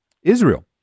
Israel